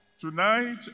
Tonight